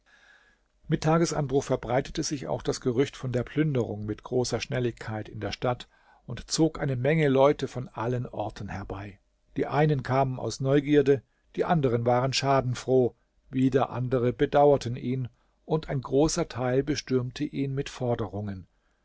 mit tagesanbruch verbreitete sich auch das gerücht von der plünderung mit großer schnelligkeit in der stadt und zog eine menge leute von allen orten herbei die einen kamen aus neugierde die anderen waren schadenfroh wieder andere bedauerten ihn und ein großer teil bestürmte ihn mit forderungen